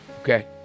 okay